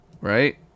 right